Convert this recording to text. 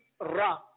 ra